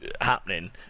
happening